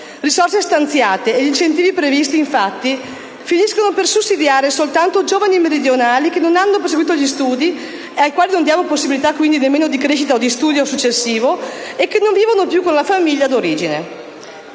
risorse stanziate e gli incentivi previsti, infatti, finiscono per sussidiare soltanto giovani meridionali che non hanno proseguito gli studi e ai quali non diamo, quindi, nemmeno possibilità di crescita o di studio successivo e che non vivono più con la famiglia d'origine.